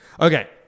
Okay